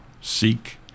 seek